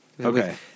Okay